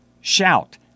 shout